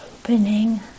Opening